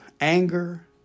anger